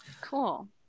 Cool